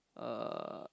uh